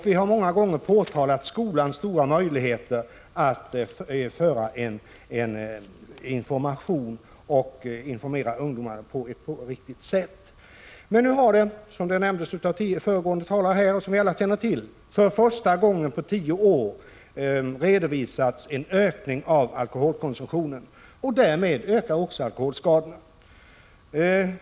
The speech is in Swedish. Vi har många gånger påpekat skolans stora möjligheter att informera ungdomar på ett riktigt sätt. Nu har det emellertid, som föregående talare nämnde och som vi alla känner till, för första gången på tio år redovisats en ökning av alkoholkonsumtionen. Därmed ökar också antalet alkoholskador.